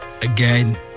again